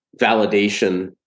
validation